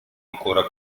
ancora